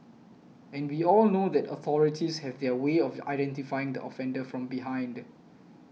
and we all know that authorities have their way of identifying the offender from behind